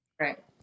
Right